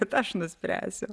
bet aš nuspręsiu